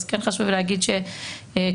אז חשוב לומר שכמובן,